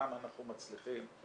גם אנחנו מצליחים.